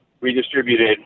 redistributed